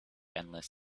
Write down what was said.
endless